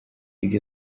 ibyo